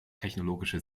technologische